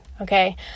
Okay